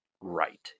right